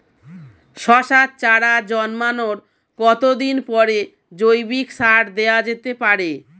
শশার চারা জন্মানোর কতদিন পরে জৈবিক সার দেওয়া যেতে পারে?